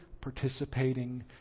participating